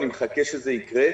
אני מחכה שזה יקרה,